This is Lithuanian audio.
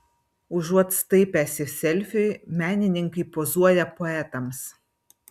užuot staipęsi selfiui menininkai pozuoja poetams